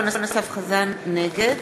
נגד